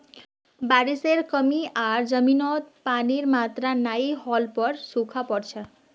बारिशेर कमी आर जमीनत पानीर मात्रा नई होल पर सूखा पोर छेक